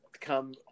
come